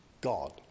God